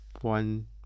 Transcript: one